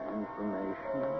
information